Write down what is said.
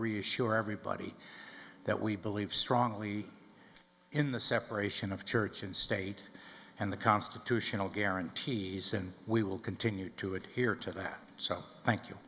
reassure everybody that we believe strongly in the separation of church and state and the constitutional guarantees and we will continue to adhere to that so thank you